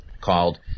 called